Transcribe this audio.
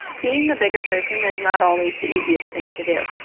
being the bigger person is not always the easiest thing to do.